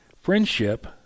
friendship